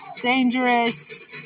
dangerous